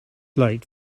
late